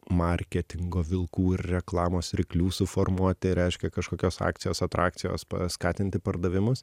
marketingo vilkų ir reklamos ryklių suformuoti reiškia kažkokios akcijos atrakcijos paskatinti pardavimus